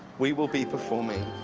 we will be performing